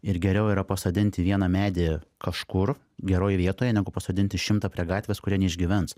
ir geriau yra pasodinti vieną medį kažkur geroj vietoje negu pasodinti šimtą prie gatvės kurie neišgyvens